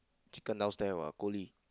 chicken downstairs !wah! coolie